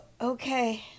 okay